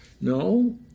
No